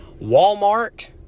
Walmart